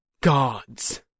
gods